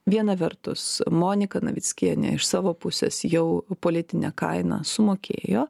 viena vertus monika navickienė iš savo pusės jau politinę kainą sumokėjo